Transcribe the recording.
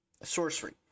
sorcery